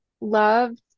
loved